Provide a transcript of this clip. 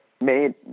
made